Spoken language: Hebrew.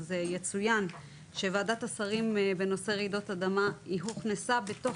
יצוין שוועדת השרים בנושא רעידות הוכנסה בתוך